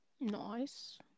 Nice